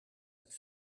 het